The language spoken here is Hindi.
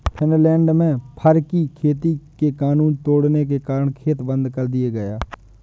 फिनलैंड में फर की खेती के कानून तोड़ने के कारण खेत बंद कर दिया गया